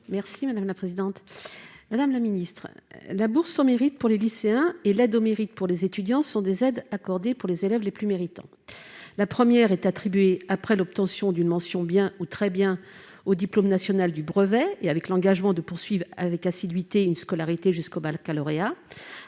et de l'innovation. Madame la ministre, la bourse au mérite pour les lycéens et l'aide au mérite pour les étudiants sont des aides accordées aux élèves les plus méritants. La première est attribuée après l'obtention d'une mention « bien » ou « très bien » au diplôme national du brevet, et avec l'engagement de poursuivre avec assiduité une scolarité jusqu'au baccalauréat,